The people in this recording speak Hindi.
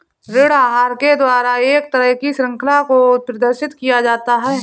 ऋण आहार के द्वारा एक तरह की शृंखला को प्रदर्शित किया जाता है